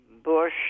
bush